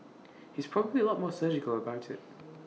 he's probably A lot more surgical about IT